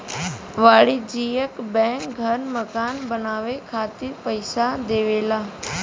वाणिज्यिक बैंक घर मकान बनाये खातिर पइसा देवला